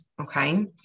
Okay